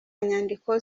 nyandiko